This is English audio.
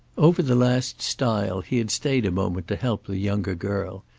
over the last stile he had stayed a moment to help the younger girl,